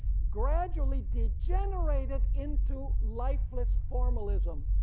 gradually degenerated into lifeless formalism,